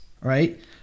Right